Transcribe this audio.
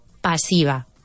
pasiva